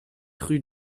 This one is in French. rue